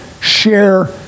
share